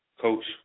coach